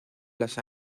las